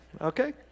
Okay